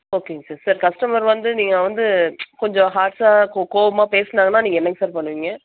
ஓகேங்க sir sir customer வந்து நீங்கள் வந்து கொஞ்சம் ஹார்ஷாக கோவமாக பேசுனாங்கனா நீங்கள் என்னங்க சார் பண்ணுவீங்க